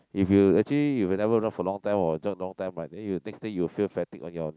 if you actually if you never run for a long time or jog long time right then you next day you'll feel fatigue on your